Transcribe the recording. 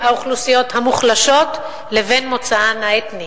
האוכלוסיות המוחלשות לבין מוצאן האתני.